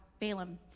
Balaam